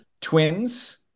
twins